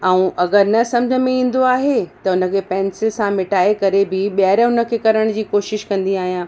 ऐं अगरि न समुझ में ईंदो आहे त हुनखे पैंसिल सां मिटाए करे बि ॿाहिरि हुनखे करण जी कोशिश कंदी आहियां